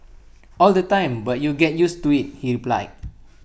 all the time but you get used to IT he replied